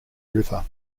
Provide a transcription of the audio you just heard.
river